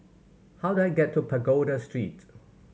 how do I get to Pagoda Street